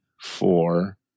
four